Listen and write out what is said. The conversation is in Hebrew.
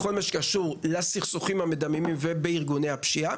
בכל מה שקשור לסכסוכים המדממים ולארגוני הפשיעה.